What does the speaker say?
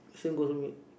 same go to me